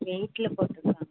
வெயிட்டில் போட்டுருக்காங்க